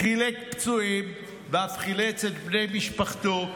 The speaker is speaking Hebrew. חילץ פצועים ואף חילץ את בני משפחתו,